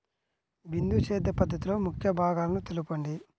బిందు సేద్య పద్ధతిలో ముఖ్య భాగాలను తెలుపండి?